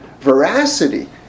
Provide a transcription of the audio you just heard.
veracity